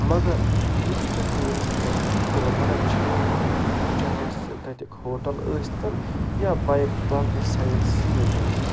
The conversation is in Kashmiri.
مگر یُس تہِ ٹوٗرِسٹ گُلمرگ چھِ یِوان چاہے سُہ تَتیُک ہوٹَل ٲسۍ تَن یا بایَک باقٕے سایڈ سیٖن ٲسۍ تَن